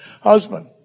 husband